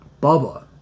Bubba